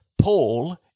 Paul